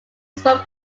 smoke